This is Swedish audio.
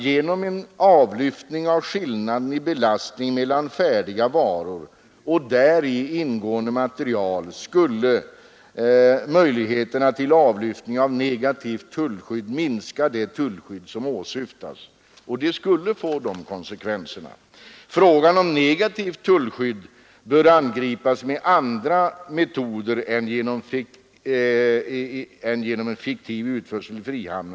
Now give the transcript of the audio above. Genom en avlyftning av skillnaden i belastning mellan färdiga varor och däri ingående material skulle, som departementschefen framhåller, möjligheterna till avlyftning av negativt tullskydd minska det tullskydd som åsyftas. Detta skulle få de konsekvenser jag angivit. Frågan om det negativa tullskyddet bör angripas med andra metoder än genom en fiktiv utförsel till frihamn.